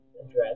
address